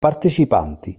partecipanti